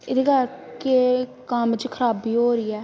ਇਹਦੇ ਕਰਕੇ ਕੰਮ 'ਚ ਖ਼ਰਾਬੀ ਹੋ ਰਹੀ ਹੈ